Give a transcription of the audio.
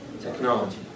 technology